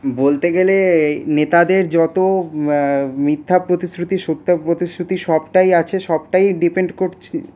বলতে গেলে নেতাদের যত মিথ্যা প্রতিশ্রুতি সত্য প্রতিশ্রুতি সবটাই আছে সবটাই ডিপেন্ড করছে